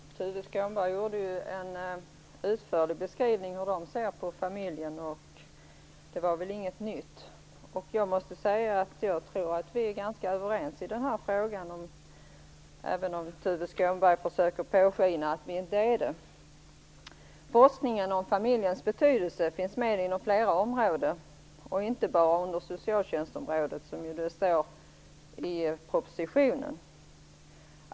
Fru talman! Tuve Skånberg gjorde en utförlig beskrivning av hur kristdemokraterna ser på familjen. Det var väl inget nytt. Jag måste säga att jag tror att vi är ganska överens i denna fråga, även om Tuve Skånberg försöker påskina att vi inte är det. Forskningen om familjens betydelse finns med inom flera områden, inte bara inom socialtjänstområdet, som det ju står i propositionen.